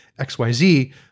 XYZ